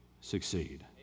succeed